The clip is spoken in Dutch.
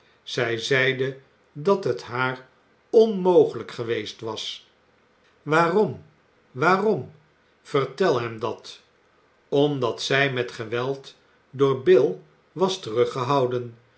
zij zeide dat het haar onmogelijk geweest was waaroni waarom vertel hem dat omdat zij met geweld door bill was